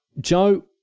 Joe